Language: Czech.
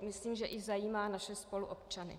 Myslím, že i zajímá naše spoluobčany.